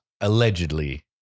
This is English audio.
Allegedly